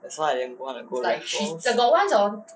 that's why I didn't wanna go raffles